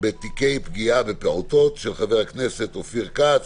בתיקי פגיעה בפעוטות", של חבר הכנסת אופיר כץ